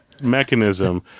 mechanism